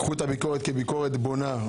קחו את הביקורת כביקורת בונה.